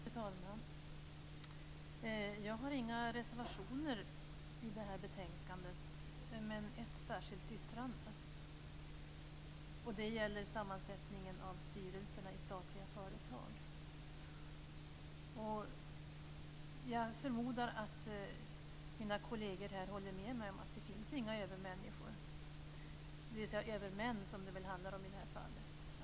Fru talman! Jag har inga reservationer i betänkandet, men jag har ett särskilt yttrande. Det gäller sammansättningen av styrelserna i statliga företag. Jag förmodar att mina kolleger här håller med mig om att det inte finns några övermänniskor, dvs. övermän, som det väl handlar om i det här fallet.